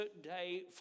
day